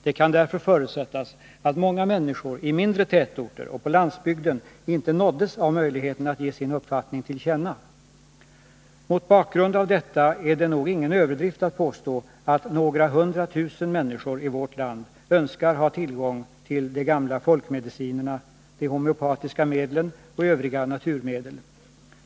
Det kan därför förutsättas att många människor i mindre tätorter och på landsbygden inte nåddes av möjligheten att ge sin uppfattning till känna. Mot bakgrund av detta är det nog ingen överdrift att påstå att några hundra tusen människor i vårt land önskar ha tillgång till de gamla folkmedicinerna, de homeopatiska medlen och övriga naturmedel.